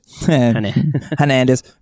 Hernandez